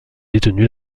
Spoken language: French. détenu